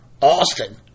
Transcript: Austin